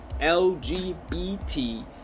lgbt